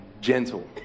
gentle